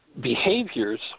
behaviors